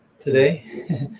today